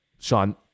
Sean